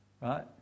right